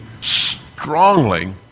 strongly